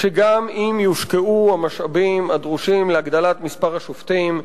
שגם אם יושקעו המשאבים הדרושים בהגדלת מספר השופטים,